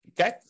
Okay